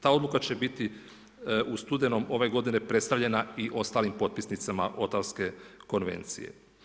Ta odluka će biti u studenom ove godine predstavljena i ostalim potpisnicama Otavske konvencije.